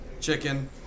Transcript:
Chicken